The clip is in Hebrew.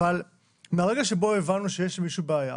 אבל ברגע שבו הבנו שיש בעיה,